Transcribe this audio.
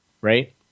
right